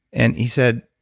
and he said,